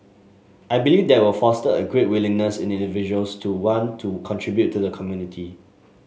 I believe that will foster a greater willingness in individuals to want to contribute to the community